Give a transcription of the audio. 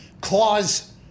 clause